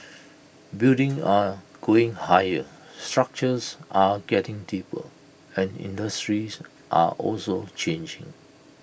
buildings are going higher structures are getting deeper and industries are also changing